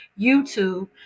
youtube